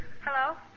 Hello